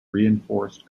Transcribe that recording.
reinforced